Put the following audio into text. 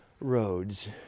roads